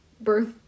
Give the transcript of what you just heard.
birth